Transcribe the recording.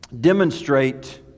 Demonstrate